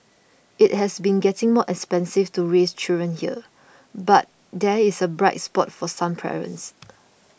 it has been getting more expensive to raise children here but there is a bright spot for some parents